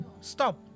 Stop